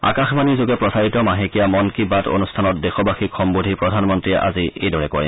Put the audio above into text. আকাশবাণী যোগে প্ৰচাৰিত মাহেকীয়া মন কী বাত অনুষ্ঠানত দেশবাসীক সম্বোধি প্ৰধানমন্ত্ৰীয়ে আজি এইদৰে কয়